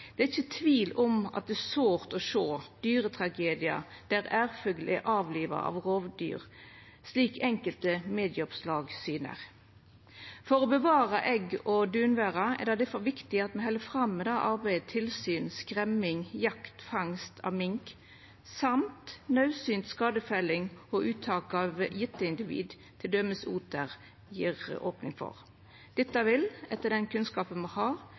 det er ikkje tvil om at det er sårt å sjå dyretragediar der ærfugl er avliva av rovdyr, slik enkelte medieoppslag syner. For å bevara egg- og dunværa er det difor viktig at me held fram arbeidet med tilsyn, skremming, jakt/fangst av mink og naudsynt skadefelling og uttak av gitte individ som t.d. oter. Dette vil, etter den kunnskapen me har,